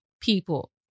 people